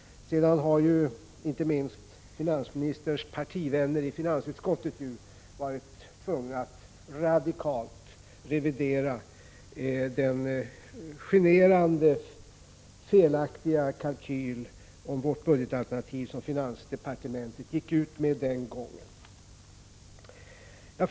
Senare har inte minst finansministerns partivänner i finansutskottet varit tvungna att radikalt revidera den generande felaktiga kalkyl om vårt budgetalternativ som finansdepartementet den gången gick ut med.